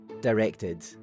directed